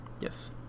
Yes